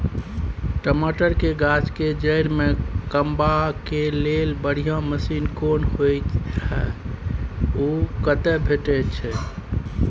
टमाटर के गाछ के जईर में कमबा के लेल बढ़िया मसीन कोन होय है उ कतय भेटय छै?